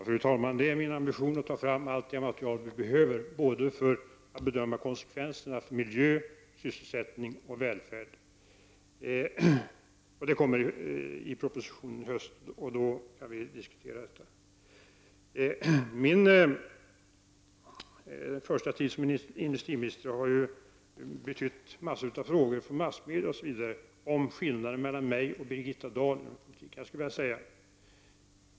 Fru talman! Det är min ambition att ta fram allt det material vi behöver för att bedöma konsekvenserna för såväl miljö som sysselsättning och välfärd. Detta kommer att redovisas i propositionen i höst, och vi kan då diskutera dessa frågor. Min första tid som industriminister har inneburit en mängd frågor från massmedia och andra om skillnaden mellan mig och Birgitta Dahl.